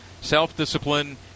self-discipline